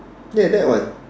ya that one